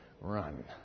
run